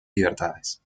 libertades